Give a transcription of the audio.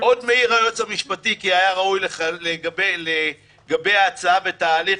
עוד מעיר היועץ המשפטי כי היה ראוי לגבי ההצעה והתהליך,